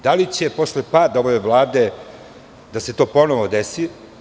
Da li će posle pada ove Vlade da se to ponovo desi?